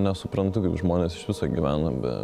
nesuprantu kaip žmonės iš viso gyvena be